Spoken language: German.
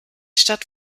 stadt